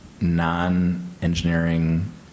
non-engineering